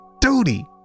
duty